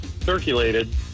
circulated